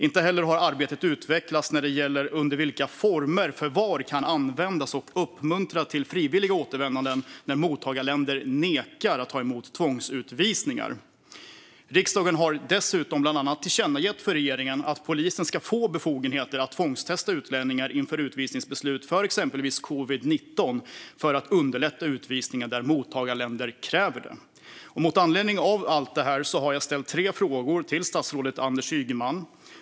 Inte heller har arbetet utvecklats när det gäller under vilka former förvar kan användas och uppmuntra till frivilliga återvändanden när mottagarländer nekar att ta emot tvångsutvisade. Riksdagen har dessutom tillkännagivit för regeringen att polisen ska få befogenheter att tvångstesta utlänningar inför utvisningsbeslut för exempelvis covid-19 för att underlätta utvisningar till mottagarländer som kräver test. Med anledning av allt detta har jag ställt tre frågor till statsrådet Anders Ygeman.